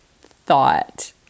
thought